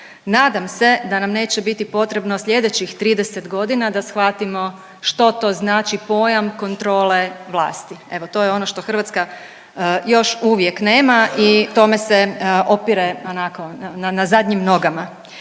Nadam se da nam neće biti potrebno sljedećih 30 godina da shvatimo što to znači pojam kontrole vlasti. Evo to je ono što Hrvatska još uvijek nema i tome se opire onako na zadnjim nogama.